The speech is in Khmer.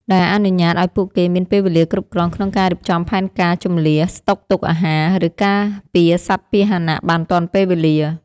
ដែលអនុញ្ញាតឱ្យពួកគេមានពេលវេលាគ្រប់គ្រាន់ក្នុងការរៀបចំផែនការជម្លៀស ស្តុកទុកអាហារ ឬការពារសត្វពាហនៈបានទាន់ពេលវេលា។